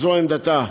זו עמדתה.